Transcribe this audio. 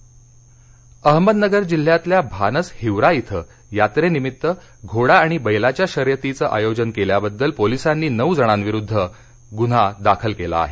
अहमदनगर अहमदनगर जिल्ह्यातल्या भानस हिवरा इथं यात्रेनिमित्त घोडा आणि बैलाच्या शर्यतीचं आयोजन केल्याबद्दल पोलिसांनी नऊ जणांविरुद्ध गुन्हा दाखल केला आहे